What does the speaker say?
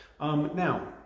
Now